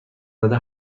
زده